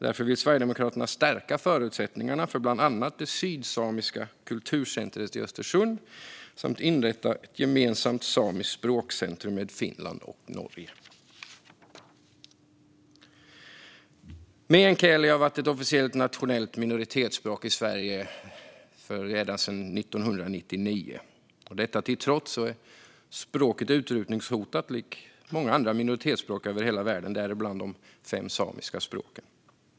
Därför vill Sverigedemokraterna stärka förutsättningarna för bland annat det sydsamiska kulturcentret i Östersund samt inrätta ett gemensamt samiskt språkcentrum med Finland och Norge. Meänkieli har varit ett officiellt nationellt minoritetsspråk i Sverige ända sedan 1999. Detta till trots är språket utrotningshotat likt många andra minoritetsspråk över hela världen, däribland de fem samiska språken.